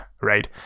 Right